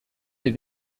les